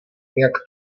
jak